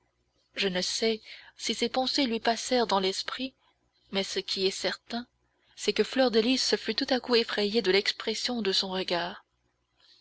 je ne sais si ces pensées lui passèrent dans l'esprit mais ce qui est certain c'est que fleur de lys fut tout à coup effrayée de l'expression de son regard